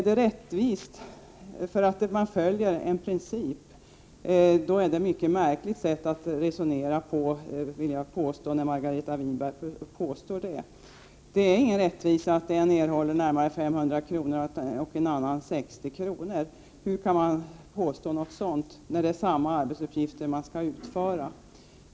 Det är ett mycket märkligt sätt att resonera när Margareta Winberg påstår att förslaget är rättvist eftersom man följer en princip. Det är ingen rättvisa att en person erhåller 500 kr. och annan person 60 kr. Hurt kan man påstå något sådant när det är fråga om samma arbetsuppgifter som skall utföras?